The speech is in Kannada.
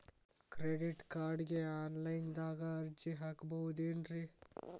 ಕ್ರೆಡಿಟ್ ಕಾರ್ಡ್ಗೆ ಆನ್ಲೈನ್ ದಾಗ ಅರ್ಜಿ ಹಾಕ್ಬಹುದೇನ್ರಿ?